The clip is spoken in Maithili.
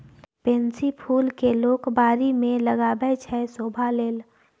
पेनसी फुल केँ लोक बारी मे लगाबै छै शोभा लेल